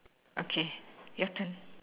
okay your turn